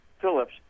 Phillips